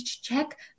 check